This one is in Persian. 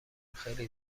خیلی